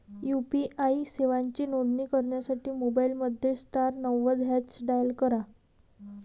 UPI सेवांची नोंदणी करण्यासाठी मोबाईलमध्ये स्टार नव्वद हॅच डायल करा